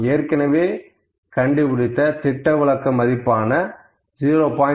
நாம் ஏற்கனவே கண்டுபிடித்த திட்ட விலக்கம் மதிப்பும் 0